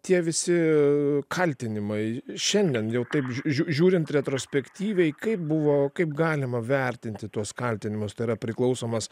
tie visi kaltinimai šiandien jau taip žiūrint retrospektyviai kaip buvo kaip galima vertinti tuos kaltinimus tai yra priklausomas